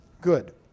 good